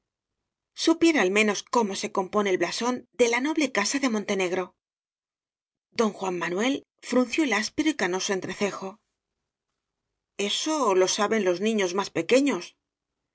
supiera al menos cómo se compone el blasón de la noble casa de montenegro don juan manuel frunció el áspero y cano so entrecejo eso lo saben los niños más pequeños